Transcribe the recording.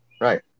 Right